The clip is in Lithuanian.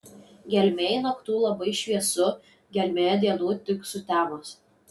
gelmėj naktų labai šviesu gelmėje dienų tik sutemos